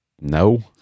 No